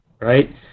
right